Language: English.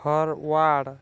forward